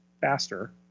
faster